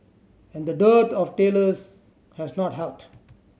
and the dearth of tailors has not helped